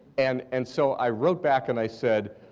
and and so i wrote back and i said,